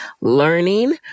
learning